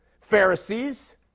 Pharisees